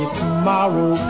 tomorrow